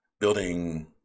building